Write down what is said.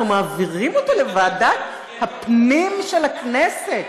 אנחנו מעבירים אותו לוועדת הפנים של הכנסת.